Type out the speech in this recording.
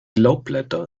laubblätter